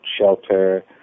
shelter